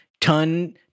Ton